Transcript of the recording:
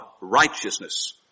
righteousness